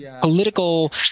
Political